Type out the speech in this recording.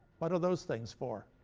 but are those things for?